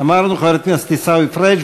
אמרנו, חבר הכנסת עיסאווי פריג'.